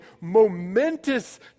momentous